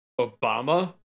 Obama